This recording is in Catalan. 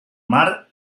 mar